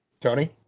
Tony